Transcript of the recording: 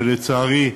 ולצערי,